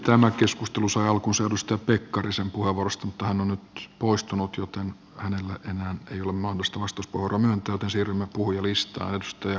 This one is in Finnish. tämä keskustelu sai alkunsa edustaja pekkarisen puheenvuorosta mutta hän on nyt poistunut joten hänelle ei enää ole mahdollista vastauspuheenvuoroa myöntää joten siirrymme puhujalistaan